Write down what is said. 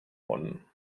món